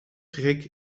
schrik